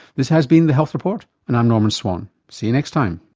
this has been the health report and i'm norman swan. see you next time